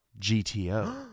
GTO